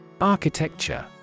Architecture